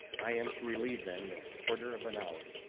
i am to relieve them in a quarter of an hour,